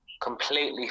completely